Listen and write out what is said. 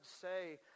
say